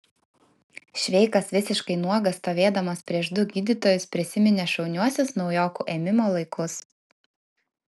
šveikas visiškai nuogas stovėdamas prieš du gydytojus prisiminė šauniuosius naujokų ėmimo laikus